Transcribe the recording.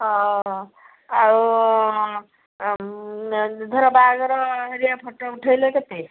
ହଁ ଆଉ ଧର ବାହାଘର ହେରିଆ ଫଟୋ ଉଠେଇଲେ କେତେ